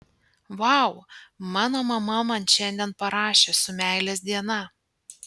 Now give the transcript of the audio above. vau mano mama man šiandien parašė su meilės diena